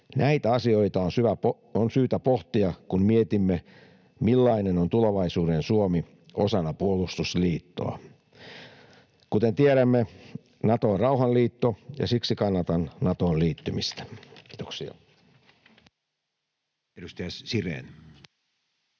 Näitä asioita on syytä pohtia, kun mietimme, millainen on tulevaisuuden Suomi osana puolustusliittoa. Kuten tiedämme, Nato on rauhanliitto, ja siksi kannatan Natoon liittymistä. — Kiitoksia.